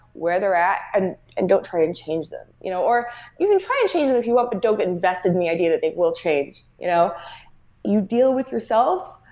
where they're at and and don't try and change them, you know or you can try and change them if you want, but don't get invested in the idea that they will change. you know you deal with yourself.